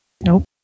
Nope